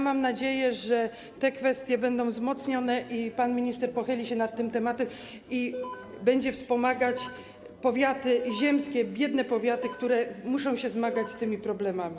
Mam nadzieję, że te kwestie będą wzmocnione, pan minister pochyli się nad tym tematem i będzie wspomagać powiaty ziemskie, biedne powiaty, które muszą się zmagać z tymi problemami.